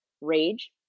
Rage